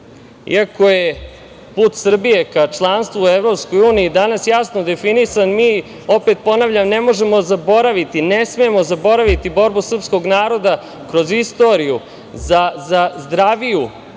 ako je put Srbije ka članstvu EU danas jasno definiše, mi opet, ponavljam ne možemo zaboraviti, ne smemo zaboraviti borbu srpskog naroda kroz istoriju za zdraviju